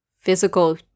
physical